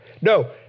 No